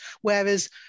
whereas